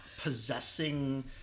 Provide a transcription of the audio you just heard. possessing